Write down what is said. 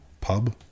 pub